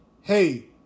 hey